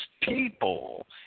people